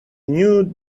knew